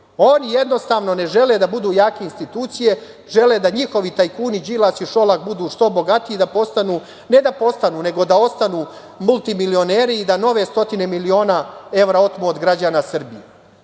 jednostavno ne žele da budu jake institucije, žele da njihovi tajkuni Đilas, Šolak budu što bogatiji i da postanu, ne da postanu nego da ostanu multimilioneri i da nove stotine miliona evra otmu od građana Srbije.